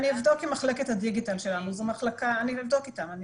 אני אבדוק עם מחלקת הדיגיטל שלנו ואחזור אליכם.